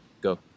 go